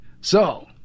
So